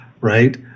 right